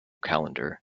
calendar